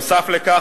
נוסף על כך,